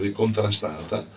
contrastata